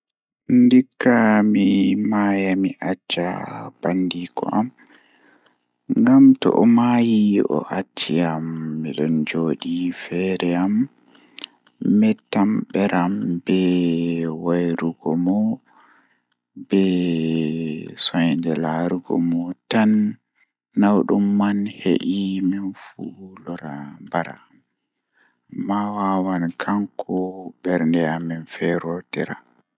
Ndikka mi maaya mi acca bandiiko am nagam mi o maayi o acci am midon joodi feere am mettam beram be wairugo mo be sonde laarugo mo tan nawdum man foti lora mbara am amma wawan kanko bernde amin feerootira.